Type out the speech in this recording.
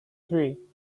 three